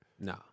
No